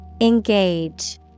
engage